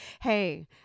hey